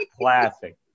Classic